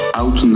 out